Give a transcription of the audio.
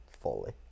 fully